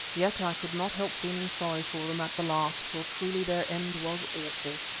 yet i could not help feeling sorry for them at the last, for truly their end was awful.